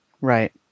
right